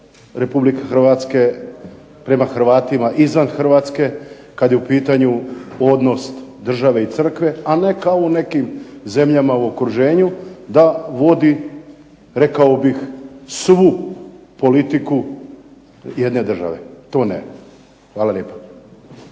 Republike Hrvatske prema Hrvatima izvan Hrvatske, kad je u pitanju odnos države i crkve, a ne kao u nekim zemljama u okruženju da vodi, rekao bih, svu politiku jedne države. To ne. Hvala lijepa.